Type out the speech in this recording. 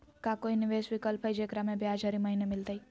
का कोई निवेस विकल्प हई, जेकरा में ब्याज हरी महीने मिलतई?